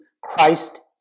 Christ